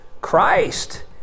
Christ